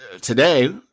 today